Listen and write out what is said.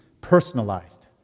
personalized